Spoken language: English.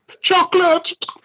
Chocolate